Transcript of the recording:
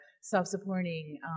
self-supporting